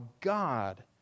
God